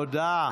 תודה.